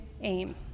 aim